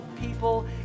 people